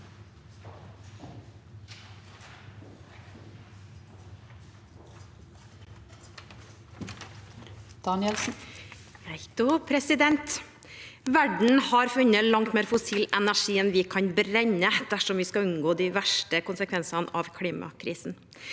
Danielsen (SV) Verden har funnet langt mer fossil energi enn vi kan brenne dersom vi skal unngå de verste konsekvensene av klimakrisen.